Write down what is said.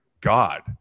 God